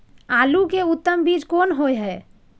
आलू के उत्तम बीज कोन होय है?